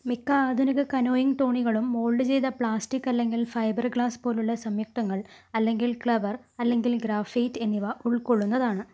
മിക്ക ആധുനിക കനോയിങ് തോണികളും മോൾഡ് ചെയ്ത പ്ലാസ്റ്റിക്ക് അല്ലെങ്കിൽ ഫൈബർ ഗ്ലാസ് പോലുള്ള സംയുക്തങ്ങൾ അല്ലെങ്കിൽ കെവ്ലർ അല്ലെങ്കിൽ ഗ്രാഫൈറ്റ് എന്നിവ ഉൾക്കൊള്ളുന്നതാണ്